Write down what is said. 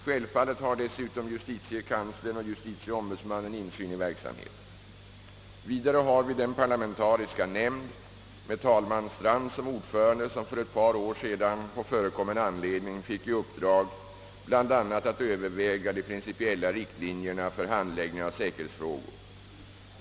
Självfallet har dessutom justitiekanslern och justitieombudsmannen insyn i verksamheten. Vidare har vi den parlamentariska nämnd med talman Strand som ordförande, som för ett par år sedan på förekommen anledning fick i uppdrag bl.a. att överväga de principiella riktlinjerna för handläggning av säkerhetsfrågor.